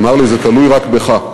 נאמר לי: זה תלוי רק בך,